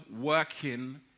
working